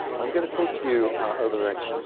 i'm going to talk to you over the next